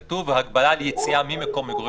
כתוב, הגבלה על יציאה ממקום מגורים.